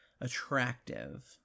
attractive